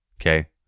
okay